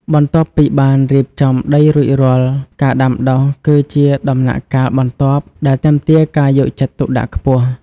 បន្ទាប់ពីបានរៀបចំដីរួចរាល់ ការដាំដុះគឺជាដំណាក់កាលបន្ទាប់ដែលទាមទារការយកចិត្តទុកដាក់ខ្ពស់។